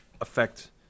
affect